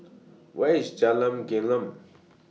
Where IS Jalan Gelam